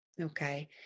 okay